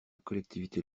collectivité